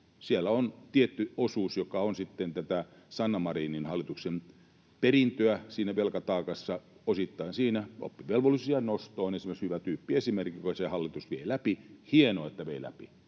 siellä on tietty osuus, joka on sitten tätä Sanna Marinin hallituksen perintöä siinä velkataakassa osittain. Oppivelvollisuusiän nosto on esimerkiksi hyvä tyyppiesimerkiksi, jonka se hallitus vei läpi. Hienoa, että vei läpi